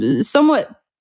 somewhat